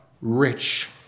rich